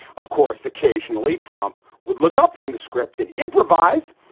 of course, occasionally trump would look up from the script and improvise,